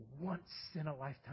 once-in-a-lifetime